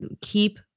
Keep